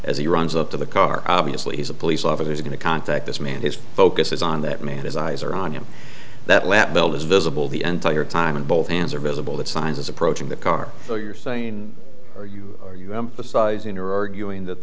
as he runs up to the car obviously he's a police officer is going to contact this man his focus is on that man his eyes are on him that lap belt is visible the entire time and both hands are visible that science is approaching the car so you're saying are you are you emphasizing or arguing that